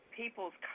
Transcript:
people's